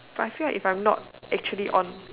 but I feel like if I'm not actually on